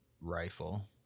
rifle